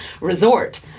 resort